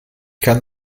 kann